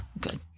Good